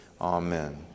Amen